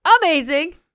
amazing